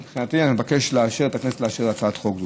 מבחינתי, אני מבקש מהכנסת לאשר הצעת חוק זו.